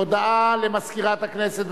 הודעה למזכירת הכנסת.